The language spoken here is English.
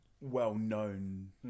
well-known